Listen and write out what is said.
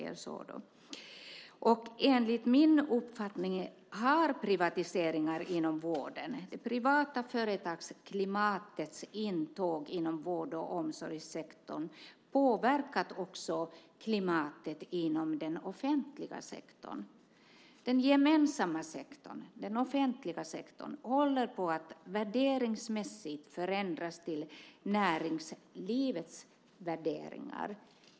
Enligt min uppfattning har privatiseringar inom vården och det privata företagsklimatets intåg inom vård och omsorgssektorn också påverkat klimatet inom den offentliga sektorn. Den gemensamma sektorn, den offentliga sektorn håller värderingsmässigt på att förändras till näringslivets värderingar.